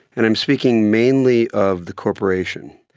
and i'm speaking mainly of the corporation.